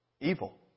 evil